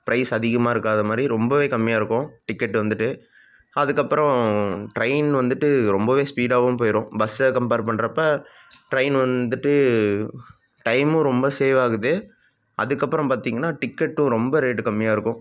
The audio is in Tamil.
ப்ரைஸ் அதிகமாக இருக்காத மாதிரி ரொம்பவே கம்மியாக இருக்கும் டிக்கெட்டு வந்துட்டு அதுக்கப்புறம் ட்ரெயின் வந்துட்டு ரொம்பவே ஸ்பீடாகவும் போயிடும் பஸ்ஸை கம்பேர் பண்ணுறப்ப ட்ரெயின் வந்துட்டு டைமும் ரொம்ப சேவ் ஆகுது அதுக்கப்புறம் பார்த்தீங்கன்னா டிக்கெட்டும் ரொம்ப ரேட்டு கம்மியாக இருக்கும்